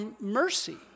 mercy